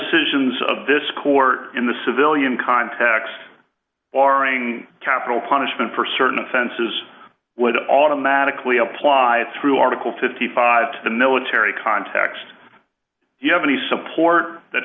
decisions of this court in the civilian context barring capital punishment for certain offenses would automatically apply through article fifty five to the military context do you have any support that